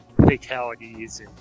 fatalities